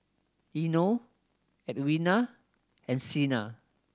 Eino Edwina and Sina